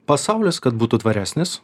pasaulis kad būtų tvaresnis